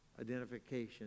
identification